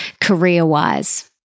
career-wise